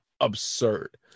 absurd